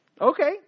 Okay